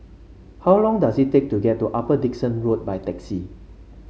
how long does it take to get to Upper Dickson Road by taxi